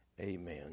Amen